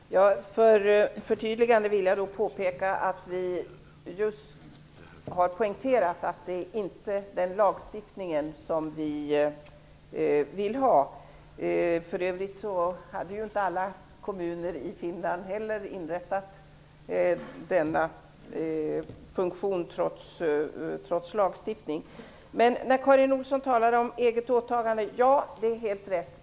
Fru talman! Som förtydligande vill jag påpeka att vi just har poängterat att det inte är en lagstiftning vi vill ha. För övrigt hade inte heller alla kommuner i Finland inrättat denna funktion, trots lagstiftning. När Karin Olsson talar om eget åtagande har hon helt rätt.